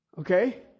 Okay